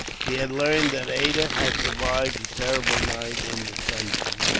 she had learned that ada had survived the terrible night in the dungeon,